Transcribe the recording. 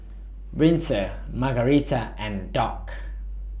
Winter Margarita and Dock